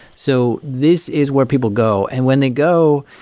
so this is where people go, and when they go,